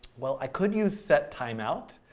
well i could use set timeout,